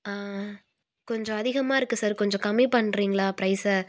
கொஞ்சம் அதிகமாக இருக்கு சார் கொஞ்சம் கம்மி பண்ணுறீங்களா பிரைஸை